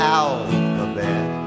alphabet